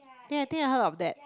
eh I think I heard of that